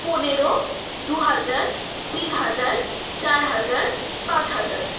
পনেরো দু হাজার তিন হাজার চার হাজার পাঁচ হাজার